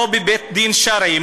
לא בבית דין שרעי,